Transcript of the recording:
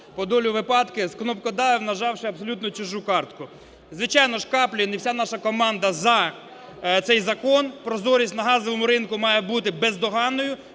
по долі випадку "зкнопкодавив", нажав абсолютно чужу картку. Звичайно ж, Каплін і вся наша команда за цей закон, прозорість на газовому ринку має бути бездоганною.